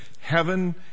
heaven